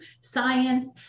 science